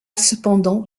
cependant